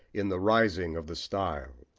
in the rising of the style.